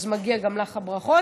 אז מגיעות גם לך הברכות.